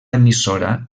emissora